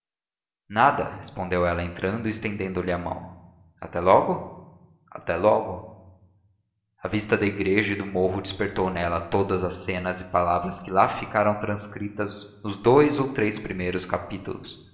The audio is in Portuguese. nada respondeu ela entrando e estendendo-lhe a mão até logo até logo a vista da igreja e do morro despertou nela todas as cenas e palavras que lá ficaram transcritas nos dous ou três primeiros capítulos